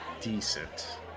decent